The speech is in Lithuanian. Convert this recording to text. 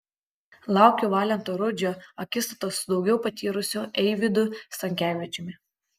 laukiu valento rudžio akistatos su daugiau patyrusiu eivydu stankevičiumi